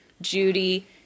Judy